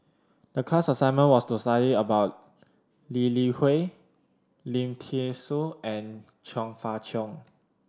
the class assignment was to study about Lee Li Hui Lim Thean Soo and Chong Fah Cheong